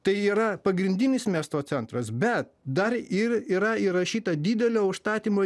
tai yra pagrindinis miesto centras bet dar ir yra įrašyta didelio užstatymo